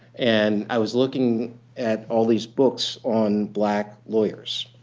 and i was looking at all these books on black lawyers.